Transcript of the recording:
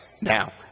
now